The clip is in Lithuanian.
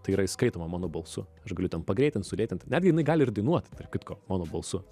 tai yra įskaitoma mano balsu aš galiu ten pagreitint sulėtint netgi jinai gali ir dainuot tarp kitko mano balsu